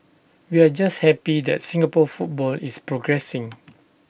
we're just happy that Singapore football is progressing